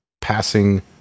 passing